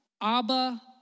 Abba